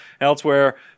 elsewhere